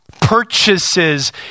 purchases